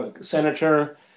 senator